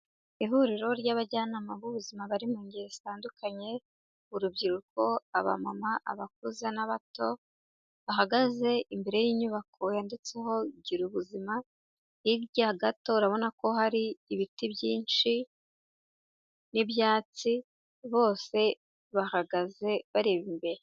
Ihuriro ry'abajyanama b'ubuzima bari mu ngeri zitandukanye urubyiruko, abamama, abakuze, n'abato bahagaze imbere y'inyubako yanditseho gira ubuzima, hirya gato urabona ko hari ibiti byinshi n'ibyatsi bose bahagaze bareba imbere.